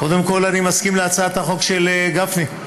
קודם כול, אני מסכים להצעת החוק של גפני.